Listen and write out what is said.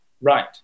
right